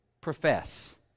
profess